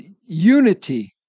unity